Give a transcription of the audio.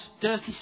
dirty